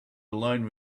alone